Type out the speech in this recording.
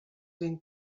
ben